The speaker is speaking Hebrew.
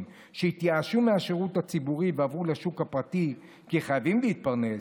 שהתייאשו מהשירות הציבורי ועברו לשוק הפרטי כי חייבים להתפרנס,